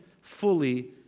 fully